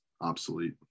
obsolete